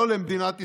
לא למדינת ישראל.